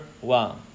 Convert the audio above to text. one